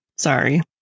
Sorry